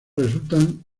resultan